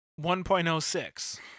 1.06